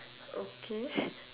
okay